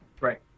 right